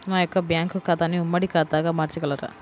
నా యొక్క బ్యాంకు ఖాతాని ఉమ్మడి ఖాతాగా మార్చగలరా?